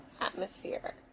atmosphere